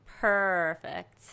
perfect